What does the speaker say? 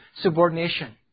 subordination